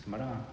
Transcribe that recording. sembarang ah